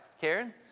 Karen